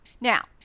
Now